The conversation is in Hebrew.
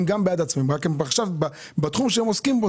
גם הם בעד העצמאים אבל עכשיו בתחום שהם עוסקים בו,